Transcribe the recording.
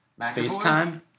FaceTime